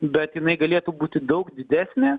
bet jinai galėtų būti daug didesnė